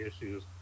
issues